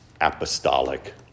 apostolic